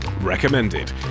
recommended